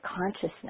consciousness